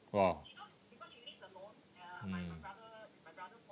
!wah! mm